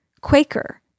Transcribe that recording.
Quaker